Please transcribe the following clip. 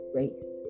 race